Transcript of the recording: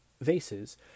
vases